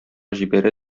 җибәрә